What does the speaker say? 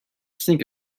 sink